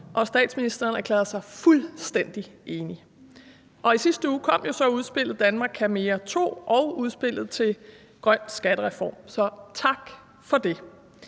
og statsministeren erklærede sig fuldstændig enig. I sidste uge kom så udspillet »Danmark kan mere II« og udspillet til en grøn skattereform, så tak for det.